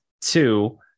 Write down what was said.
Two